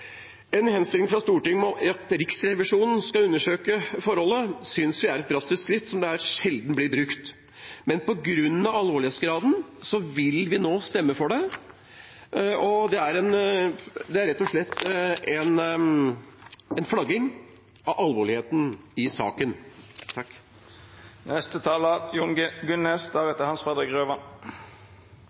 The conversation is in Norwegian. En henstilling fra Stortinget om at Riksrevisjonen skal undersøke forholdene, synes vi er et drastisk skritt som sjelden blir brukt. Men på grunn av alvorlighetsgraden vil vi nå stemme for det, og det er rett og slett en flagging av alvorligheten i saken.